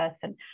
person